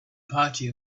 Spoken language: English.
party